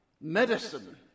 Medicine